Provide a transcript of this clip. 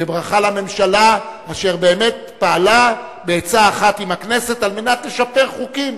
וברכה לממשלה אשר באמת פעלה בעצה אחת עם הכנסת על מנת לשפר חוקים,